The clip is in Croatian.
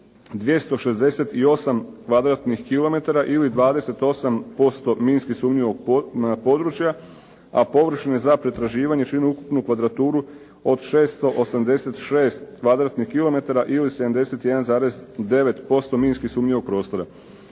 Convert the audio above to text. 268 kvadratnih kilometara ili 28% minski sumnjivog područja, a površine za pretraživanje čine ukupnu kvadraturu od 686 kvadratnih kilometara ili 71,9% minski sumnjivog prostora.